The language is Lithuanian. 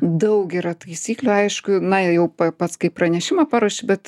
daug yra taisyklių aišku na jau pats kaip pranešimą paruoši bet